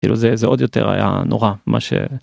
זה זה עוד יותר היה נורא מה ש...